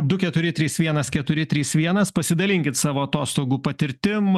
du keturi trys vienas keturi trys vienas pasidalinkit savo atostogų patirtim